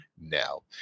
now